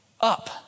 up